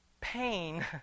pain